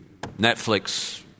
Netflix